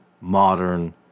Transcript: modern